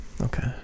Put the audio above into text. okay